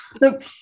Look